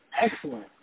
excellent